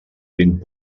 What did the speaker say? vint